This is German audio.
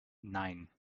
nein